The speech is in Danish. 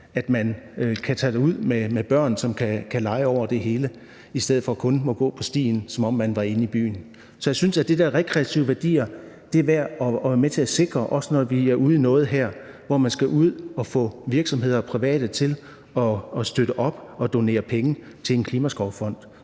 at man kan tage derud med børn, som kan lege over det hele, i stedet for at man kun må gå på stien, som om man var inde i byen. Så jeg synes, at de der rekreative værdier er med til at sikre det, også når vi her er ude i noget med, at man skal ud og få virksomheder og private til at støtte op om og donere penge til en Klimaskovfond,